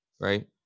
right